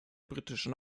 britischen